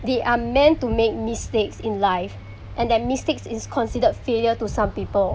they are meant to make mistakes in life and their mistakes is considered failure to some people